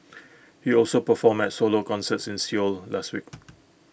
he also performed at solo concerts in Seoul last week